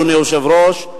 אדוני היושב-ראש,